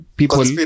people